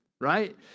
right